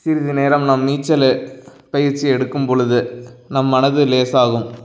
சிறிது நேரம் நாம் நீச்சல் பயிற்சி எடுக்கும்பொழுது நம் மனது லேசாகும்